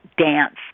dance